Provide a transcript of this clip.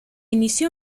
inició